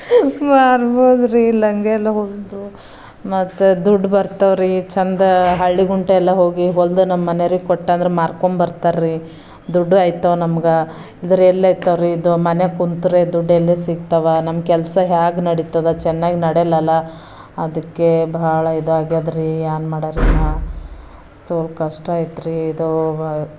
ಮಾರ್ಬೋದ್ರಿ ಲಂಗ ಎಲ್ಲ ಹೊಲಿದು ಮತ್ತೆ ದುಡ್ಡು ಬರ್ತಾವ್ರಿ ಚಂದ ಹಳ್ಳಿಗುಂಟ ಎಲ್ಲ ಹೋಗಿ ಹೊಲಿದು ನಮ್ಮನೆಯವರಿಗೆ ಕೊಟ್ಟೆ ಅಂದರೆ ಮಾರ್ಕೊಂಬರ್ತಾರಿ ದುಡ್ಡು ಆಯ್ತಾವೆ ನಮ್ಗೆ ಇದ್ರಿ ಎಲ್ಲಿ ಆಯ್ತಾವ್ರಿ ಇದು ಮನೆಗೆ ಕುಂತ್ರೆ ದುಡ್ಡು ಎಲ್ಲಿ ಸಿಗ್ತಾವೆ ನಮ್ಮ ಕೆಲಸ ಹ್ಯಾಗೆ ನಡೀತದೆ ಚೆನ್ನಾಗಿ ನಡಿಯಲ್ಲಲ್ಲ ಅದಕ್ಕೆ ಭಾಳ ಇದಾಗ್ಯದ್ರಿ ಏನ್ ಮಾಡೋರಿ ನಾ ತೋಲು ಕಷ್ಟ ಐತ್ರಿ ಇದು